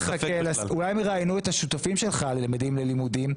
אולי הם יראיינו את השותפים שלך על ממדים ללימודים,